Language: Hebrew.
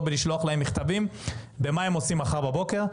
לא לשלוח להם מכתבים אלא מה הם עושים מחר בבוקר.